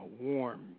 warm